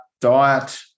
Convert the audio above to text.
diet